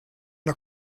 der